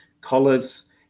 collars